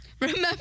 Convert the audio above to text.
Remember